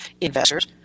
investors